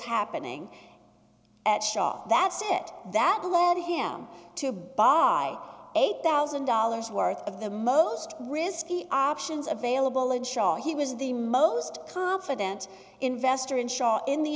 happening at shop that's it that led him to buy eight thousand dollars worth of the most risky options available and show he was the most confident investor in shaw in the